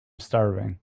starving